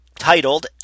titled